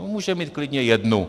Můžeme mít klidně jednu.